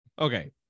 okay